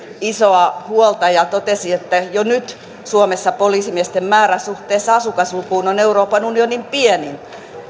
isoa huolta ja totesi että jo nyt suomessa poliisimiesten määrä suhteessa asukaslukuun on euroopan unionin pienin